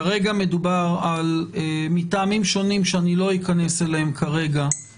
כבוד היושב-ראש, תודה רבה שהזמנתם אותי.